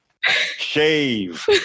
Shave